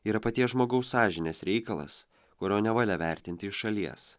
yra paties žmogaus sąžinės reikalas kurio nevalia vertinti iš šalies